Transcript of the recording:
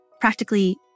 practically